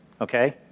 okay